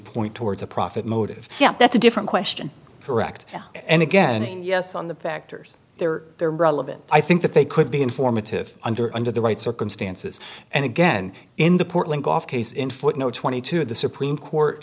point towards a profit motive yeah that's a different question correct and again yes on the vector's there they're relevant i think that they could be informative under under the right circumstances and again in the portland gough case in footnote twenty two the supreme court